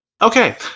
Okay